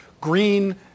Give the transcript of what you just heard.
green